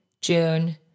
June